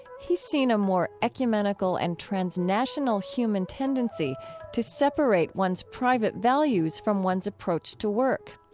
he's seen a more ecumenical and transnational human tendency to separate one's private values from one's approach to work.